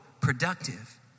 productive